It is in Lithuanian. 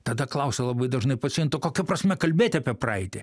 tada klausia labai dažnai pacientai kokia prasmė kalbėti apie praeitį